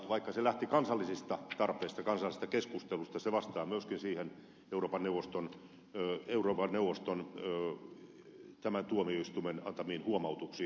vaikka se lähti kansallisista tarpeista kansallisista keskusteluista se vastaa myöskin euroopan neuvoston tuomioistuimen antamiin huomautuksiin